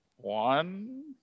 One